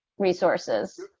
resources.